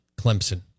Clemson